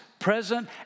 present